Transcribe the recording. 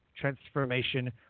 Transformation